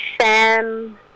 Sam